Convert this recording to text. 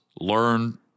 learn